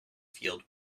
field